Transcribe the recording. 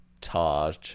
Taj